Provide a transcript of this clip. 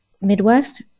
Midwest